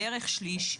כשליש.